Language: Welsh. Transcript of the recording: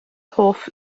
hoff